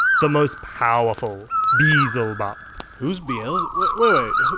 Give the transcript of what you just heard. the most powerful beelzebub who's beelzebub? wa-wait.